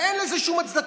ואין לזה שום הצדקה.